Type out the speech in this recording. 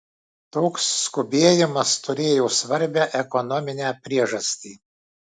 toks skubėjimas turėjo svarbią ekonominę priežastį